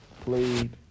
played